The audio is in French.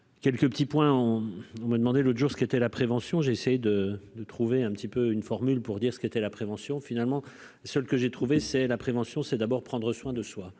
quelques petits points on, on m'a demandé l'autre jour, ce qu'était la prévention, j'essaie de de trouver un petit peu une formule pour dire ce qui était la prévention finalement celle que j'ai trouvé, c'est la prévention, c'est d'abord prendre soin de soi